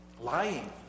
Lying